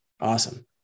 Awesome